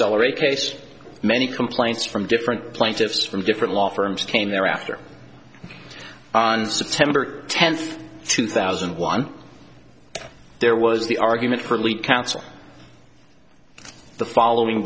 a case many complaints from different plaintiffs from different law firms came there after on september tenth two thousand and one there was the argument from lead counsel the following